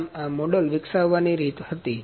આમ આ મોડેલ વિકસાવવાની રીત હતી